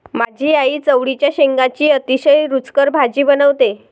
माझी आई चवळीच्या शेंगांची अतिशय रुचकर भाजी बनवते